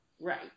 Right